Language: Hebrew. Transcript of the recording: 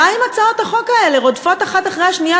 מה הן הצעות החוק האלה, רודפות האחת את השנייה?